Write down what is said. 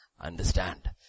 Understand